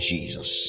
Jesus